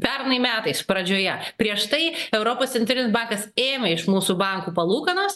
pernai metais pradžioje prieš tai europos centrinis bankas ėmė iš mūsų bankų palūkanas